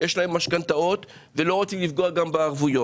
יש להם משכנתאות ולא רוצים לפגוע גם בערבויות.